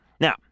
Now